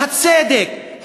הצדק.